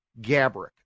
Gabrick